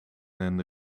een